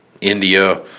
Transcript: India